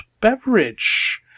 beverage